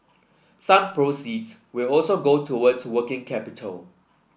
some proceeds will also go towards working capital